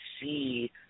see